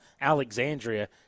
Alexandria